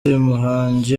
muhangi